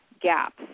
gaps